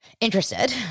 interested